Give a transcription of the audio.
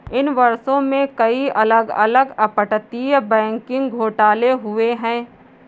इन वर्षों में, कई अलग अलग अपतटीय बैंकिंग घोटाले हुए हैं